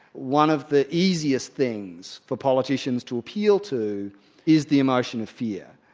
one of the easiest things for politicians to appeal to is the emotion of fear,